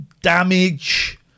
damage